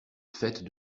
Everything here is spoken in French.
fête